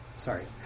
sorry